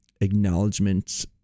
acknowledgement